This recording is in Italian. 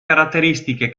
caratteristiche